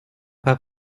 pas